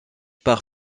par